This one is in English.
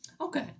Okay